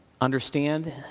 understand